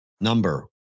Number